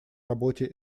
работе